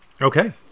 Okay